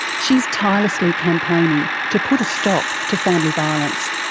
she's tirelessly campaigning to put a stop to family violence.